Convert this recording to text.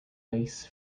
ice